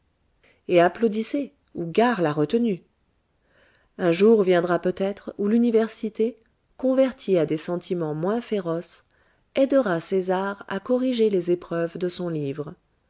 et applaudissez ou gare la retenue un jour viendra peut-être où l'université convertie à des sentiments moins féroces aidera césar à corriger les épreuves de son livre